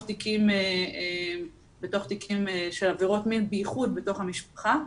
תיקים של עבירות מין בייחוד בתוך המשפחה,